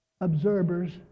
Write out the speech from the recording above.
observers